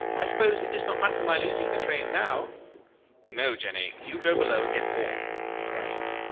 i suppose it does not matter my losing the train now no, jenny you go below and get warm he growled.